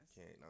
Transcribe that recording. Okay